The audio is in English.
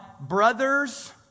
brothers